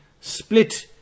split